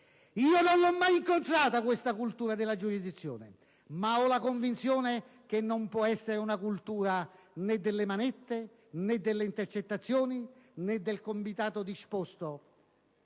Non ho mai incontrato la cultura della giurisdizione, ma ho la convinzione che non può essere una cultura né delle manette né delle intercettazioni né del combinato disposto